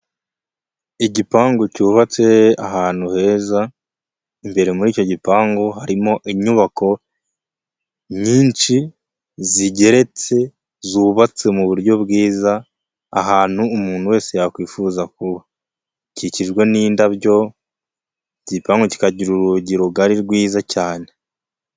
Igipangu cyubatse ahantu heza, imbere muri icyo gipangu harimo inyubako nyinshi zigeretse zubatse mu buryo bwiza, ahantu umuntu wese yakwifuza kuba, gikikijwe n'indabyo, iki gipangu kikagira urugi rugari rwiza cyane.